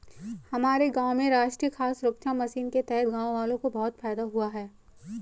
हमारे गांव में राष्ट्रीय खाद्य सुरक्षा मिशन के तहत गांववालों को बहुत फायदा हुआ है